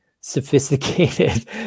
sophisticated